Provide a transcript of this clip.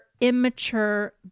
immature